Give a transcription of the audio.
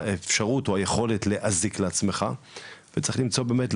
היכולת להזיק לעצמך וצריך למצוא באמת,